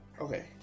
okay